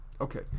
okay